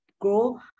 grow